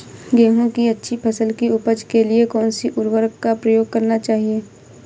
गेहूँ की अच्छी फसल की उपज के लिए कौनसी उर्वरक का प्रयोग करना चाहिए?